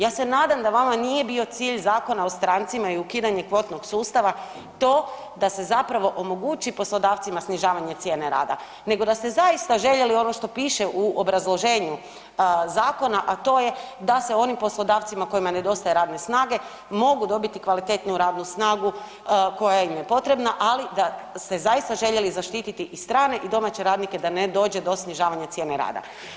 Ja se nadam da vama nije bio cilj Zakona o strancima i ukidanje kvotnog sustava to da se zapravo omogući poslodavcima snižavanje cijene rada, nego da ste zaista željeli ono što piše u obrazloženju zakona, a to je da se onim poslodavcima kojima nedostaje radne snage mogu dobiti kvalitetniju radnu snagu koja im je potrebna, ali da se zaista željeli zaštiti i strane i domaće radnike da ne dođe do snižavanja cijene rada.